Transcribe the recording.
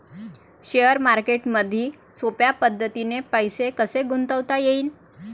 Share मार्केटमधी सोप्या पद्धतीने पैसे कसे गुंतवता येईन?